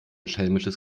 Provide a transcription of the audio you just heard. schelmisches